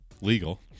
legal